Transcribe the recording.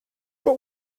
but